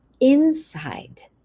inside